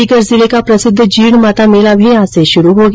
सीकर जिले का प्रसिद्ध जीणमाता मेला भी आज से शुरू हो गया